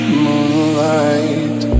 moonlight